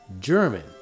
German